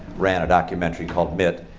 ran a documentary called mitt.